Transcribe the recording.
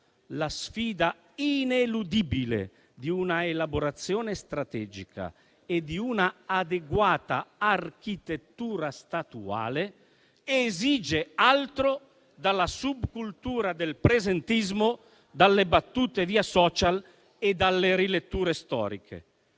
la sfida ineludibile di un'elaborazione strategica e di un'adeguata architettura statuale esige altro dalla subcultura del presentismo, dalle battute via *social* e dalle riletture storiche.